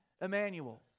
Emmanuel